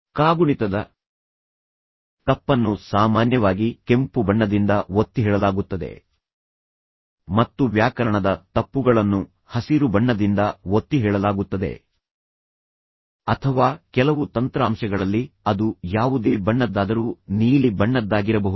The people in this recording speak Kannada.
ಕಾಗುಣಿತದ ತಪ್ಪನ್ನು ಸಾಮಾನ್ಯವಾಗಿ ಕೆಂಪು ಬಣ್ಣದಿಂದ ಒತ್ತಿಹೇಳಲಾಗುತ್ತದೆ ಮತ್ತು ವ್ಯಾಕರಣದ ತಪ್ಪುಗಳನ್ನು ಹಸಿರು ಬಣ್ಣದಿಂದ ಒತ್ತಿಹೇಳಲಾಗುತ್ತದೆ ಅಥವಾ ಕೆಲವು ತಂತ್ರಾಂಶಗಳಲ್ಲಿ ಅದು ಯಾವುದೇ ಬಣ್ಣದ್ದಾದರೂ ನೀಲಿ ಬಣ್ಣದ್ದಾಗಿರಬಹುದು